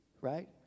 right